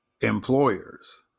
employers